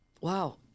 Wow